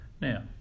now